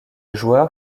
joueur